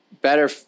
Better